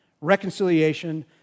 reconciliation